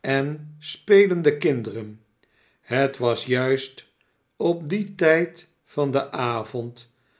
en spelende kinderen het was juist op dien tijd van den avond